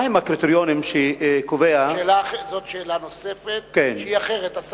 מהם הקריטריונים שקובע, זו שאלה נוספת שהיא אחרת.